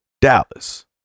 Dallas